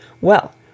Well